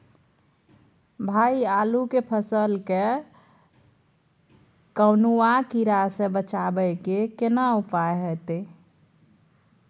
भाई आलू के फसल के कौनुआ कीरा से बचाबै के केना उपाय हैयत?